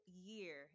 year